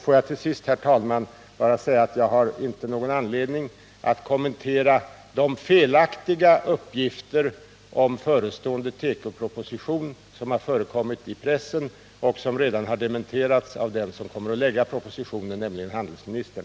Får jag, herr talman, till sist bara säga att jag inte har någon anledning att kommentera de felaktiga uppgifter om den förestående tekopropositionen som har förekommit i pressen och som redan har dementerats av den som kommer att lägga fram propositionen, nämligen handelsministern.